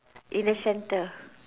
in the center